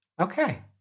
Okay